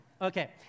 Okay